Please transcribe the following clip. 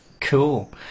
Cool